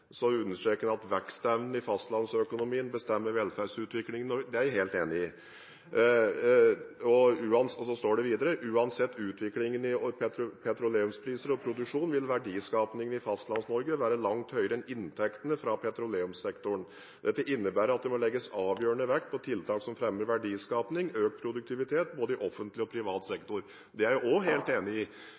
at «vekstevnen i fastlandsøkonomien bestemmer velferdsutviklingen» – det er jeg helt enig i. Så står det videre «Uansett utvikling i petroleumspriser og produksjon vil verdiskapingen i Fastlands-Norge være langt høyere enn inntektene fra petroleumssektoren. Dette innebærer at det må legges avgjørende vekt på tiltak som fremmer verdiskaping og økt produktivitet i både offentlig og privat sektor.» Det er jeg også helt enig i,